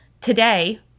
today